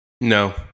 No